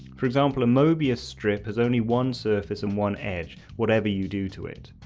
for example a mobius strip has only one surface and one edge whatever you do to it.